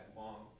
long